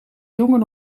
jongen